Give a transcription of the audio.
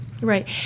Right